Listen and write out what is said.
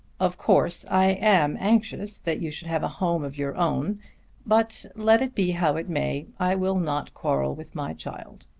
of course i am anxious that you should have a home of your own but let it be how it may i will not quarrel with my child.